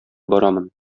барамын